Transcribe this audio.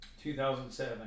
2007